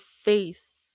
face